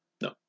No